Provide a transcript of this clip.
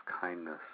Kindness